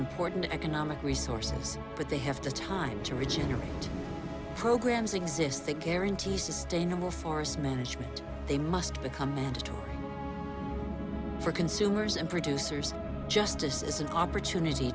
important economic resources but they have to time to regenerate programs exist to guarantee sustainable forest management they must become mandatory for consumers and producers justice is an opportunity